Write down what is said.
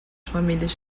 famílias